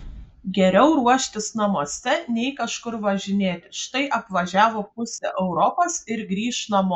geriau ruoštis namuose nei kažkur važinėti štai apvažiavo pusę europos ir grįš namo